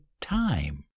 time